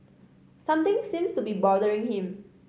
something seems to be bothering him